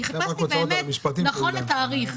חיפשתי מידע נכון לתאריך.